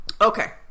Okay